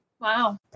Wow